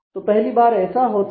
तो पहली बार ऐसा होता है